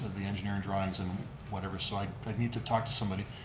the engineered drawings, and whatever, so i need to talk to somebody.